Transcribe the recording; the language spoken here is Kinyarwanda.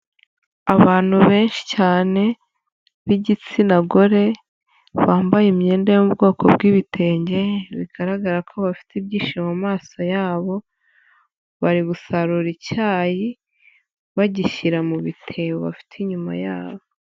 Abantu benshi cyane b’igitsina gore bambaye imyenda yo mu bwoko bw’ibitenge, bigaragara ko bafite ibyishimo mu maso yabo, bari gusarura icyayi bagishyira mu bitebo bafite inyuma yabo.